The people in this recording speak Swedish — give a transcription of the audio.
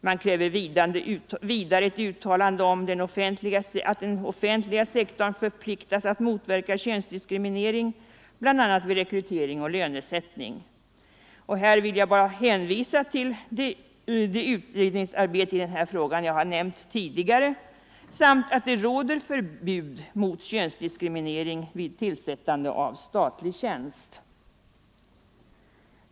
Man kräver vidare ett uttalande om att den offentliga sektorn förpliktigas att motverka könsdiskriminering bl.a. vid rekrytering och lönesättning. Här vill jag bara hänvisa till det utredningsarbete i frågan som jag har nämnt tidigare samt till att det råder förbud mot könsdiskriminering vid tillsättande av statliga tjänster.